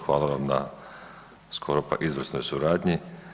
Hvala vam na skoro pa izvrsnoj suradnji.